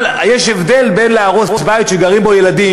אבל יש הבדל בין להרוס בית שגרים בו ילדים